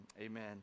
amen